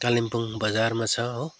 कोलिम्पोङ बजारमा छ हो